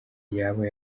yaba